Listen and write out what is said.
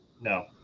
No